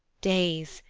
days,